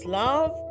love